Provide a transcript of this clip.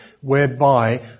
whereby